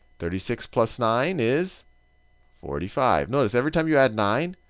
thirty six plus nine is forty five. notice, every time you add nine,